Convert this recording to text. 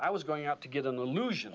i was going out to get an illusion